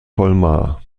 colmar